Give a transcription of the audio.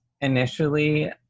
Initially